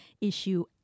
issue